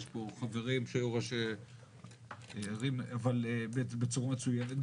יש פה חברים שהיו ראשי ערים בצורה מצוינת.